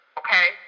okay